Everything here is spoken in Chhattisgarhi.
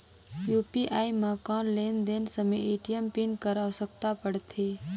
यू.पी.आई म कौन लेन देन समय ए.टी.एम पिन कर आवश्यकता पड़थे?